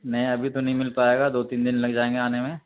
نہیں ابھی تو نہیں مل پائے گا دو تین دِن لگ جائیں گے آنے میں